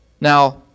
Now